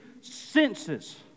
senses